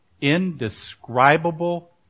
indescribable